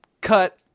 cut